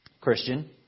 Christian